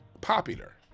popular